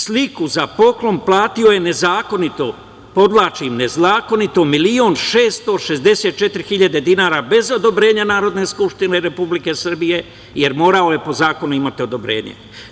Sliku za poklon platio je nezakonito, podvlačim nezakonito, milion 664 hiljade dinara bez odobrenja Narodne skupštine Republike Srbije jer morao je po zakonu imati odobrenje.